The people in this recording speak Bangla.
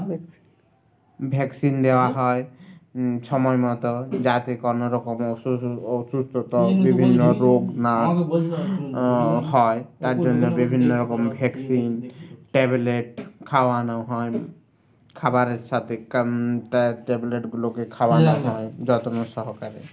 ভ্যাকসিন দেওয়া হয় সময় মতো যাতে অ রকমু অসুস্থ বিভিন্ন রোগ না হয় তার জন্যে বিভিন্ন রকম ভ্যাকসিন ট্যবলেট খাওয়ানো হয় খাবারের সাথে ট্যবলেটগুলোকে খাওয়ানো হয় যত্ন সহকারে